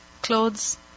clothes